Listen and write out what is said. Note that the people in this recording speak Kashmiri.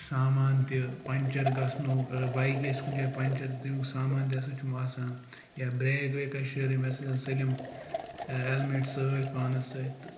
سامان تہِ پنٛچَر گژھنُک اگر بایِکہِ آسہِ کُنہِ جایہِ پنٛچَر تہٕ تَمیُٚک سامان تہِ ہَسا چھُم آسان یا برٛیک ویک آسہِ شیرٕنۍ مےٚ ہَسا چھِ آسان سٲلم ہیٚلمینٛٹ سۭتۍ پانَس سۭتۍ تہٕ